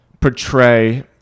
portray